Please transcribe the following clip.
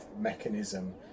mechanism